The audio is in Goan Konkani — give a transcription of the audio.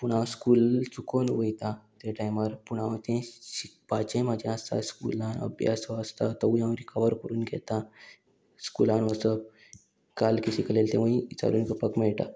पूण हांव स्कूल चुकोन वयतां ते टायमार पूण हांव तें शिकपाचें म्हाजें आसता स्कुलान अभ्यास आसता तोवूय हांव रिकवर करून घेता स्कुलान वचप काल कितें शिकयलें तेवूय चालून घेवपाक मेळटा